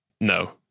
No